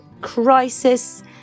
crisis